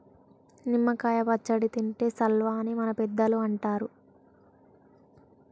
నిమ్మ కాయ పచ్చడి తింటే సల్వా అని మన పెద్దలు అంటరు